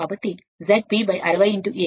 కాబట్టి ఇది వాస్తవానికి మీరు emf అని పిలుస్తారు